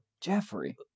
Jeffrey